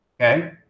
Okay